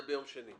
זה ביום שני.